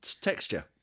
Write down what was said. texture